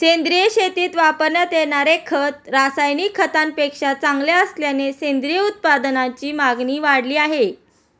सेंद्रिय शेतीत वापरण्यात येणारे खत रासायनिक खतांपेक्षा चांगले असल्याने सेंद्रिय उत्पादनांची मागणी वाढली आहे